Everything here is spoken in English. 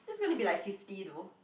that's gonna be like fifty though